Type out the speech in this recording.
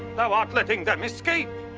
thou art letting them escape.